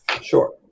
Sure